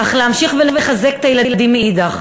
אך להמשיך ולחזק את הילדים מאידך.